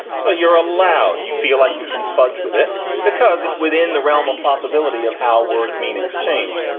so you're allowed, you feel like you can fudge with it because it's within the realm of possibility of how words meanings change.